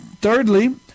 thirdly